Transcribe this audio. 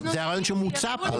זה הרעיון שמוצע פה.